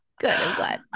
Good